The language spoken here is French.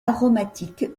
aromatiques